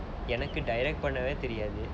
எனக்கு:ennaku direct பண்ணவே தெரியாது:pannavae theriyaathu